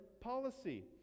policy